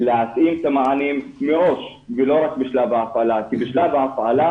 להתאים את המענים מראש ולא רק בשלב ההפעלה כי בשלב ההפעלה